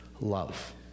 love